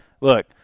look